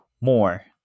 more